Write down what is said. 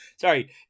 Sorry